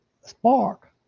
Spark